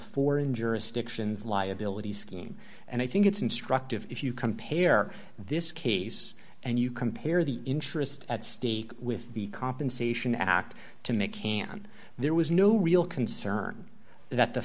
foreign jurisdictions liability scheme and i think it's instructive if you compare this case and you compare the interest at stake with the compensation act to make can there was no real concern that the